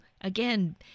again